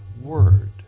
word